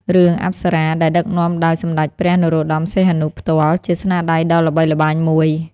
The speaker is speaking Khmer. រឿង "អប្សរា" ដែលដឹកនាំដោយ សម្ដេចព្រះនរោត្តម សីហនុ ផ្ទាល់ ជាស្នាដៃដ៏ល្បីល្បាញមួយ។